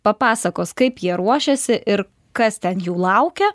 papasakos kaip jie ruošiasi ir kas ten jų laukia